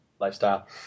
lifestyle